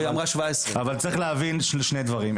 לא, היא אמרה 17. אבל צריך להבין שני דברים.